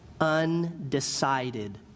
undecided